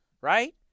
right